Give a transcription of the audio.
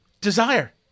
desire